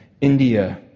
India